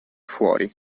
fuori